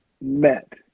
met